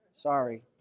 Sorry